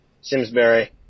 Simsbury